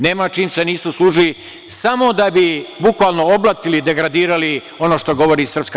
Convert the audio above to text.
Nema sa čim se nisu služili samo da bi bukvalno oblatili i degradirali ono što govori SRS.